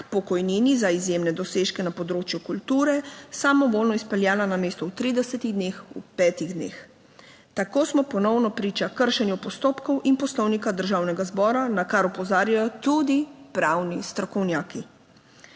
pokojnini za izjemne dosežke na področju kulture samovoljno izpeljala namesto v 30 dneh, v petih dneh. Tako smo ponovno priča kršenju postopkov in Poslovnika Državnega zbora, na kar opozarjajo tudi pravni strokovnjaki.